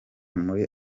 muri